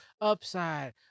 upside